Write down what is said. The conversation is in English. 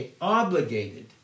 obligated